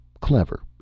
Clever